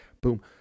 boom